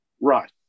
Right